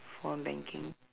phone banking